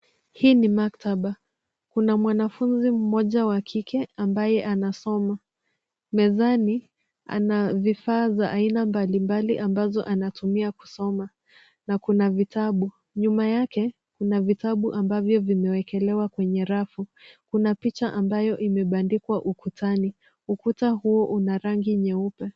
Hii ni maktaba. Kuna mwanafunzi mmoja wa kike ambaye anasoma. Mezani, ana vifaa za aina mbalimbali ambazo anatumia kusoma na kuna vitabu. Nyuma yake, kuna vitabu ambavyo vimewekelewa kwenye rafu. Kuna picha ambayo imebandikwa ukutani. Ukuta huo una rangi nyeupe.